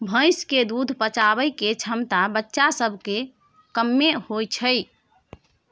भैंस के दूध पचाबइ के क्षमता बच्चा सब में कम्मे होइ छइ